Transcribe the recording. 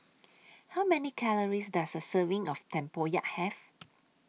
How Many Calories Does A Serving of Tempoyak Have